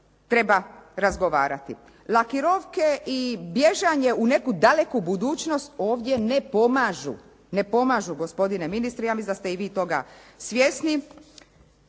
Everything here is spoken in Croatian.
treba razgovarati. Lakirovke i bježanje u neku daleku budućnost ovdje ne pomažu. Ne pomažu gospodine ministre, ja mislim da ste i vi toga svjesni.